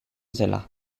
zela